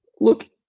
Look